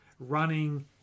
Running